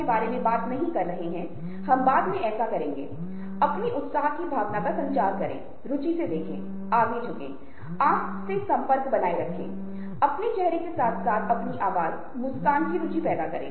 क्योंकि आप देखते हैं कि हम विभिन्न प्रकार की चीजों का उत्पादन कर रहे हैं और हम उन्हें एक दूसरे के साथ आदान प्रदान कर रहे हैं